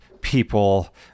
people